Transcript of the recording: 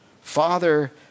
Father